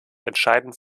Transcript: entscheidend